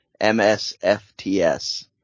MSFTS